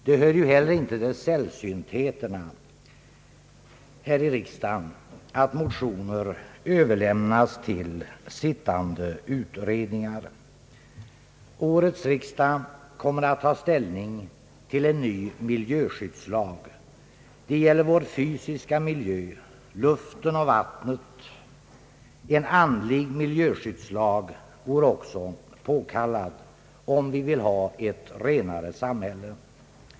Det hör ju inte heller till sällsyntheterna här i riksdagen att motioner överlämnas till sittande utredningar. Årets riksdag kommer att ta ställning till en ny miljöskyddslag. Det gäller vår fysiska miljö — luften och vattnet. En andlig miljöskyddslag vore också på kallad, om vi vill ha ett renare samhälle.